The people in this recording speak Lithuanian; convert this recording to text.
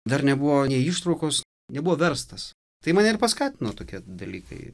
dar nebuvo nė ištraukos nebuvo verstas tai mane ir paskatino tokie dalykai